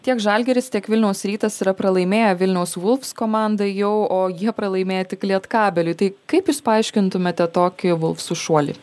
tiek žalgiris tiek vilniaus rytas yra pralaimėję vilniaus vulfs komandai jau o jie pralaimėjo tik lietkabeliui tai kaip jūs paaiškintumėte tokį vulfsų šuolį